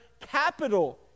capital